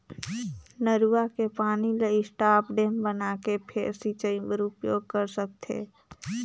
नरूवा के पानी ल स्टॉप डेम बनाके फेर सिंचई बर उपयोग कर सकथे